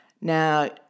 Now